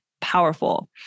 powerful